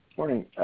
morning